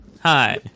Hi